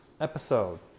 episode